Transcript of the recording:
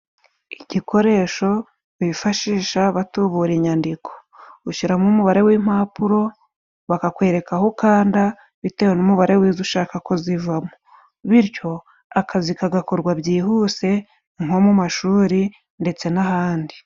Igikoresho bifashisha batubura inyandiko， ushiramo umubare w'impapuro，bakakwereka aho ukanda bitewe n'umubare w'izo ushaka ko zivamo. Bityo akazi kagakorwa byihuse， nko mu mashuri ndetse n'ahandi.